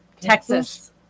Texas